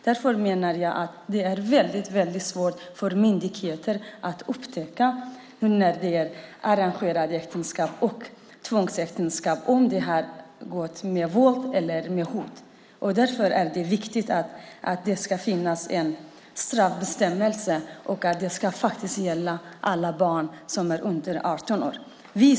Det är väldigt svårt för myndigheter att upptäcka arrangerade äktenskap och tvångsäktenskap och veta om de har skett med våld eller hot. Det är därför viktigt att det finns en straffbestämmelse som gäller alla barn under 18 år.